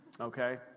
Okay